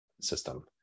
system